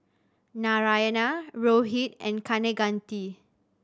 Narayana Rohit and Kaneganti